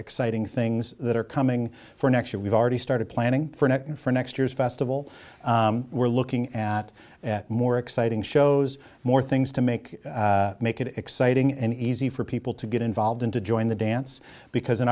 exciting things that are coming for next year we've already started planning for next year's festival we're looking at more exciting shows more things to make make it exciting and easy for people to get involved in to join the dance because in